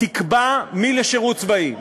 תקבע מי לשירות צבאי.